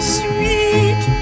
sweet